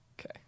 Okay